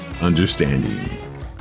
understanding